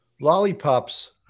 Lollipops